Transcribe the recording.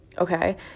okay